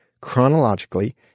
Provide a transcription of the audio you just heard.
chronologically